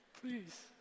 please